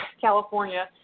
California